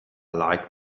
like